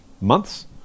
months